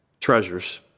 treasures